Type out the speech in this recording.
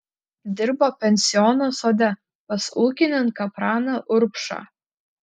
dirbo pensiono sode pas ūkininką praną urbšą